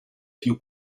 più